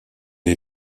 est